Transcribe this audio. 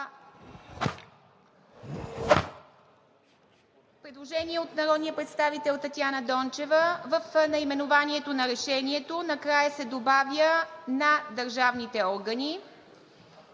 Предложение от народния представител Татяна Дончева в наименованието на Решението накрая се добавя „на държавните органи“.